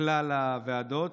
כלל הוועדות,